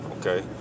okay